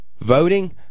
Voting